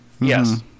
yes